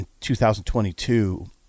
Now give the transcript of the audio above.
2022 –